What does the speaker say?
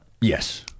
Yes